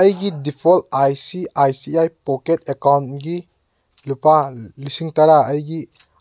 ꯑꯩꯒꯤ default I C I C I pocket ꯑꯦꯀꯥꯎꯟꯒꯤ ꯂꯨꯄꯥ ꯂꯤꯁꯤꯡ ꯇꯔꯥ ꯑꯩꯒꯤ